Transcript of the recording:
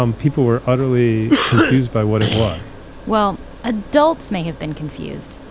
um people were utterly confused by what it was well, adults may have been confused,